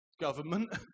government